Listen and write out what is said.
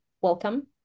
welcome